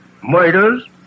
murders